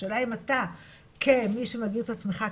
השאלה אם אתה כמי שמגדיר את עצמך כאחראי,